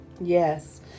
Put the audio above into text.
Yes